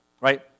right